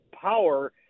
power